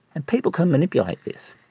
and people can manipulate this.